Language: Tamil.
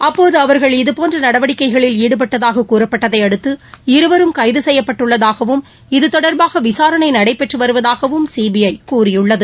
அப்போது அவர்கள் இதுபோன்ற நடவடிக்கைகளில் ஈடுபட்டதாக கூறப்பட்டதை அடுத்து இருவரும் கைது செய்யப்பட்டுள்ளதாகவும் இது தொடர்பாக விசாரணை நடைபெற்று வருவதாகவும் சிபிஐ கூறியுள்ளது